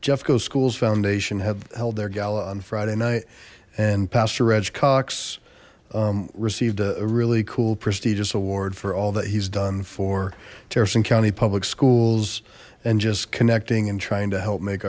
jeffco schools foundation have held their gala on friday night and pastor reg cox received a really cool prestigious award for all that he's done for terracing county public schools and just connecting and trying to help make